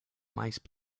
mice